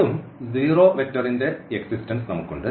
വീണ്ടും 0 വെക്റ്ററിന്റെ ഈ എക്സിസ്റ്റെൻസ് നമുക്കുണ്ട്